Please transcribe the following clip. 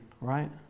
right